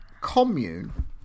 commune